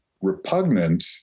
repugnant